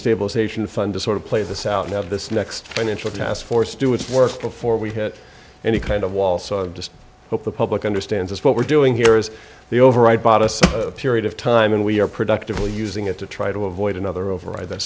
stabilization fund to sort of play this out and have this next financial taskforce do its work before we hit any kind of wall so just hope the public understands what we're doing here is the override bought us a period of time and we're productively using it to try to avoid another override that